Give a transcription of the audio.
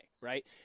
right